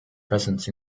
presence